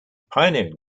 pioneering